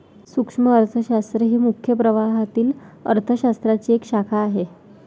सूक्ष्म अर्थशास्त्र ही मुख्य प्रवाहातील अर्थ शास्त्राची एक शाखा आहे